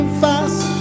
fast